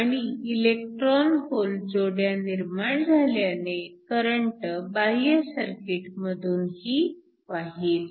आणि electron hole जोड्या निर्माण झाल्याने करंट बाह्य सर्किटमधूनही वाहील